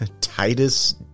Titus